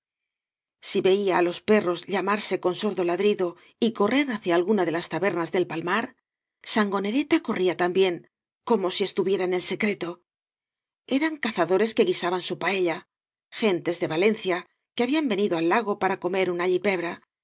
sí veía á los perros llamarse con sordo ladrido y correr hacia alguna de las tabernas del palmar sangonereta corría también como si estuviera en el secreto eran cazadores que guisaban su paella gentes de valencia que habían venido al lago para comer un